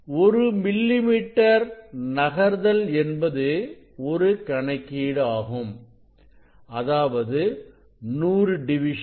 ஒரு millimetre நகர்தல் என்பது ஒரு கணக்கீடு ஆகும் அதாவது100 டிவிஷன்